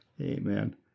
Amen